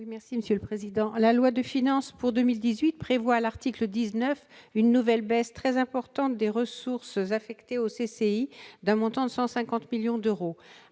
La loi de finances pour 2018 prévoit à l'article 19 une nouvelle baisse très importante des ressources affectées aux CCI, d'un montant de 150 millions d'euros.